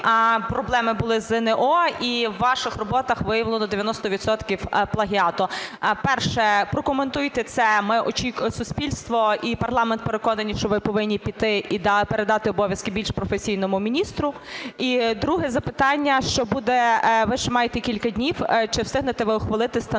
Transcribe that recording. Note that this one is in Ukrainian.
проблеми були з ЗНО, і у ваших роботах виявлено 90 відсотків плагіату. Перше. Прокоментуйте це, ми очікуємо. Суспільство і парламент переконані, що ви повинні піти і передати обов'язки більш професійному міністру. І друге запитання. Що буде, ви ще маєте кілька днів, чи встигнете ви ухвалити стандарт